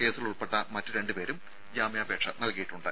കേസിൽ ഉൾപ്പെട്ട മറ്റ് രണ്ട് പേരും ജാമ്യാപേക്ഷ നൽകിയിട്ടുണ്ട്